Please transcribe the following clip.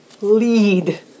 lead